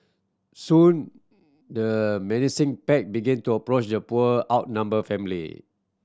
soon the menacing pack began to approach the poor outnumber family